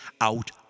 out